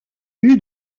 eut